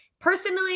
Personally